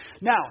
Now